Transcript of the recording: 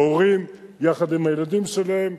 ההורים יחד עם הילדים שלהם.